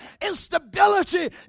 instability